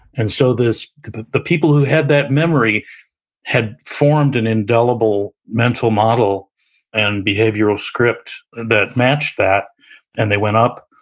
and so the the people who had that memory had formed an indelible mental model and behavioral script that matched that and they went up.